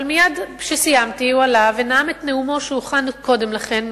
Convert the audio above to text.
אבל מייד כשסיימתי הוא עלה ונאם את נאומו שהוכן קודם לכן,